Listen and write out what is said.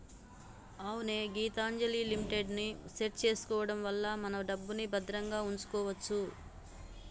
అవునే గీతాంజలిమిట్ ని సెట్ చేసుకోవడం వల్ల మన డబ్బుని భద్రంగా ఉంచుకోవచ్చు